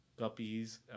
guppies